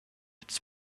its